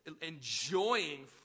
enjoying